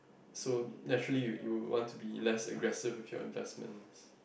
so naturally you you want to be less aggressive with your investments